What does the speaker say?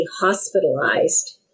hospitalized